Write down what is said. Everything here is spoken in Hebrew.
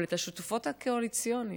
אבל את השותפות הקואליציוניות,